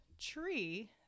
tree